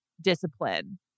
discipline